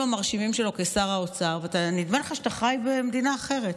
המרשימים שלו כשר האוצר ונדמה לך שאתה חי במדינה אחרת.